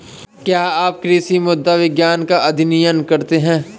क्या आप कृषि मृदा विज्ञान का अध्ययन करते हैं?